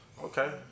Okay